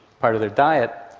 part of their diet.